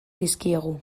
dizkiegu